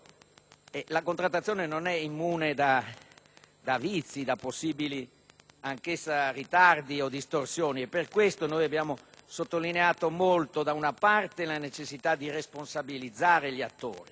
la contrattazione non è immune da vizi, da possibili ritardi o distorsioni. Per questo abbiamo fortemente sottolineato la necessità di responsabilizzare gli attori,